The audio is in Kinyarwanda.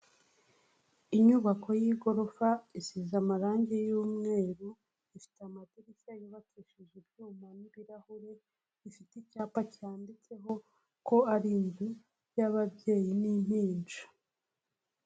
Inyubako y'igorofa isize amarangi y'umweru, ifite amadirishya yubakishije ibyuma n'ibirahure, ifite icyapa cyanditseho ko ari inzu y'ababyeyi n'impinja.